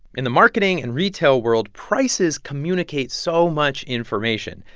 in the marketing and retail world, prices communicate so much information,